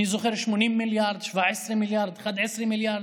אני זוכר: 80 מיליארד, 17 מיליארד, 11 מיליארד,